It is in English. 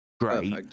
great